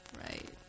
Right